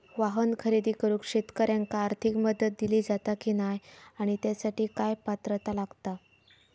वाहन खरेदी करूक शेतकऱ्यांका आर्थिक मदत दिली जाता की नाय आणि त्यासाठी काय पात्रता लागता?